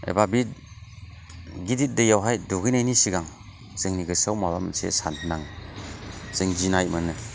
एबा बे गिदिद दैआवहाय दुगैनायनि सिगां जोंनि गोसोआव माबा मोनसे साननाय जों गिनाय मोनो